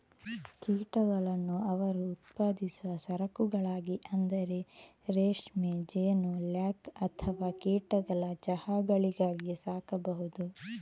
ಕೀಟಗಳನ್ನು ಅವರು ಉತ್ಪಾದಿಸುವ ಸರಕುಗಳಿಗಾಗಿ ಅಂದರೆ ರೇಷ್ಮೆ, ಜೇನು, ಲ್ಯಾಕ್ ಅಥವಾ ಕೀಟಗಳ ಚಹಾಗಳಿಗಾಗಿ ಸಾಕಬಹುದು